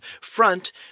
front